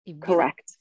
Correct